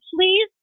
please